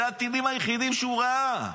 אלה הטילים היחידים שהוא ראה.